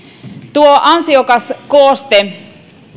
tuo ansiokas kooste